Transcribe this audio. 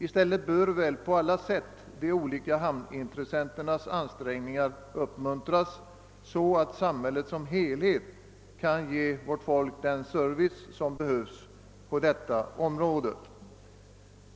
I stället bör hamnintressenternas ansträngningar uppmuntras, så att samhället kan ge vårt folk den service som behövs på detta område.